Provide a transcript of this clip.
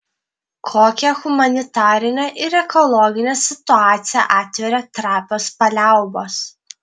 kokią humanitarinę ir ekologinę situaciją atveria trapios paliaubos